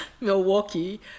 Milwaukee